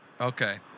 Okay